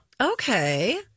Okay